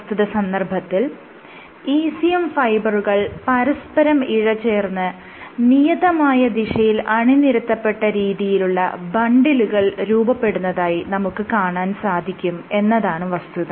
പ്രസ്തുത സന്ദർഭത്തിൽ ECM ഫൈബറുകൾ പരസ്പരം ഇഴചേർന്ന് നിയതമായ ദിശയിൽ അണിനിരത്തപ്പെട്ട രീതിയിലുള്ള ബണ്ടിലുകൾ രൂപപ്പെടുന്നതായി നമുക്ക് കാണാൻ സാധിക്കും എന്നതാണ് വസ്തുത